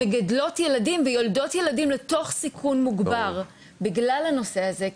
שהן יולדות ילדים ומגדלות ילדים לתוך סיכון מוגבר בגלל הנושא הזה.